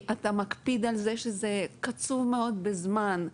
אתה מפקיד על זה שזה קצוב מאוד בזמן.